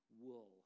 wool